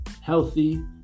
healthy